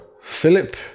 Philip